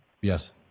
Yes